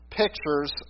pictures